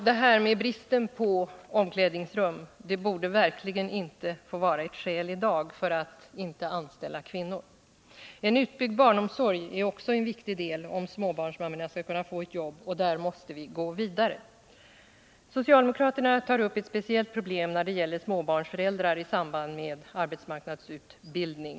Detta med bristen på omklädningsrum borde verkligen inte få vara ett skäl i dag för att inte anställa kvinnor. En utbyggd barnomsorg är också en viktig del om småbarnsmammorna skall kunna få ett jobb, och där måste vi gå vidare. Socialdemokraterna tar upp ett speciellt problem när det gäller småbarnsföräldrar i samband med arbetsmarknadsutbildning.